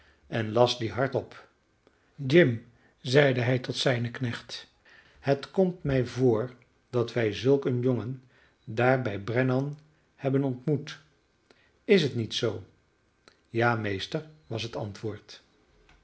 en las die hardop jim zeide hij tot zijnen knecht het komt mij voor dat wij zulk een jongen daar bij bernan hebben ontmoet is het niet zoo ja meester was het antwoord